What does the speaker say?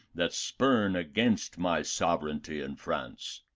that spurn against my sovereignty in france.